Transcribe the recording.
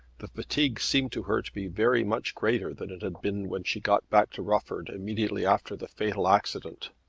the fatigue seemed to her to be very much greater than it had been when she got back to rufford immediately after the fatal accident.